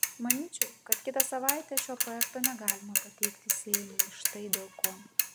manyčiau kad kitą savaitę šio projekto negalima pateikti seimui štai dėl ko